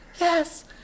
Yes